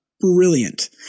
Brilliant